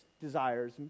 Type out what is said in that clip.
desires